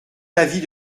l’avis